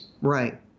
right